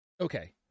okay